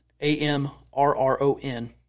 A-M-R-R-O-N